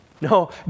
No